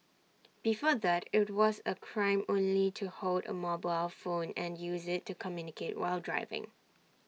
before that IT was A crime only to hold A mobile phone and use IT to communicate while driving